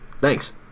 Thanks